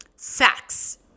facts